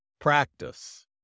practice